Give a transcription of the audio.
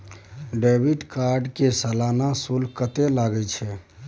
Debit card के सालाना शुल्क कत्ते लगे छै?